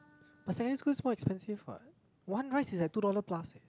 my secondary school is more expensive what one rice is like two dollar plus leh